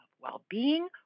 well-being